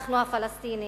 אנחנו הפלסטינים,